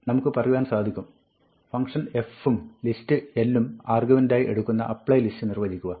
നമുക്ക് പറയുവാൻ സാധിക്കും ഫംങ്ക്ഷൻ f ഉം ലിസ്റ്റ് l ഉം ആർഗ്യുമെന്റുകളായി എടുക്കുന്ന applylist നിർവ്വചിക്കുക